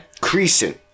Creasing